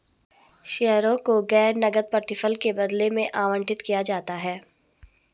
शेयरों को गैर नकद प्रतिफल के बदले में आवंटित किया जाता है